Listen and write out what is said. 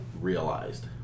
realized